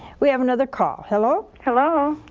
we have another call. hello? hello?